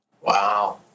wow